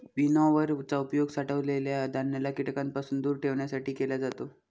winnower चा उपयोग साठवलेल्या धान्याला कीटकांपासून दूर ठेवण्यासाठी केला जातो